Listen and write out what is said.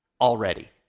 already